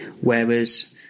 whereas